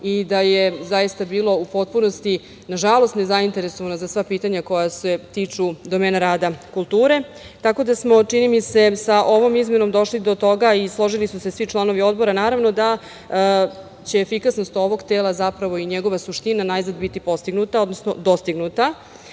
i da je bilo u potpunosti, na žalost, nezainteresovana za sva pitanja koja se tiču domena rada kulture, tako da smo sa ovom izmenom došli do toga i složili su se svi članovi Odbora da će efikasnost ovog tela i njegova suština najzad biti postignuta, odnosno dostignuta. Takođe,